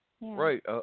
right